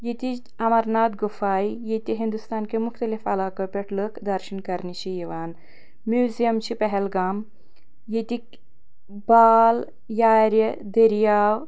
ییٚتِچ امرناتھ گوٚفاے ییٚتہِ ہندوستان کیٛو مختلف عَلاقو پٮ۪ٹھ لوٗکھ درشن کَرنہِ چھِ یوان میٛوٗزیم چھِ پہلگام ییٚتِکۍ بال یارِ دریاو